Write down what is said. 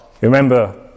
remember